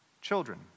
Children